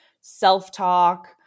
self-talk